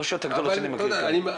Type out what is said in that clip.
הרשויות הגדולות שאני מכיר כן.